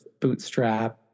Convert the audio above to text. bootstrap